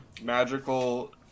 magical